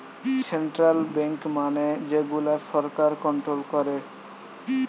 central bank মানে যে গুলা সরকার কন্ট্রোল করে